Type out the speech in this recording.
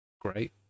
great